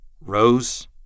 Rose